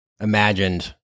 imagined